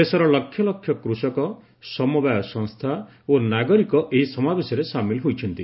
ଦେଶର ଲକ୍ଷଲକ୍ଷ କୃଷକ ସମବାୟ ସଂସ୍ଥା ଓ ନାଗରିକ ଏହି ସମାବେଶରେ ସାମିଲ ହୋଇଛନ୍ତି